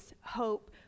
hope